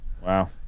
Wow